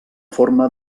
forma